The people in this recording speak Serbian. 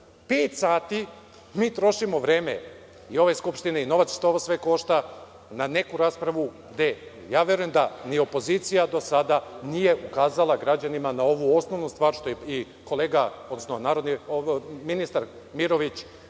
sati mi trošimo vreme ove skupštine, novac, sve ovo košta, na neku raspravu gde, ja verujem, ni opozicija do sada nije ukazala građanima na ovu osnovnu stvar, što i kolega, odnosno ministar Mirović,